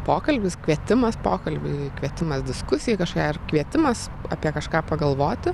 pokalbis kvietimas pokalbiui kvietimas diskusijai kažkokiai ar kvietimas apie kažką pagalvoti